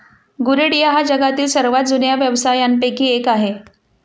गरेडिया हा जगातील सर्वात जुन्या व्यवसायांपैकी एक आहे